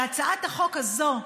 והצעת החוק הזאת,